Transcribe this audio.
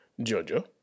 Jojo